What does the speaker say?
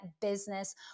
business